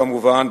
כמובן,